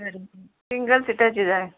single सिटाची जाय